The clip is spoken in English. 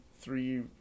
three